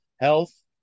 health